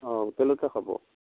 অঁ তেওঁলোকে খাব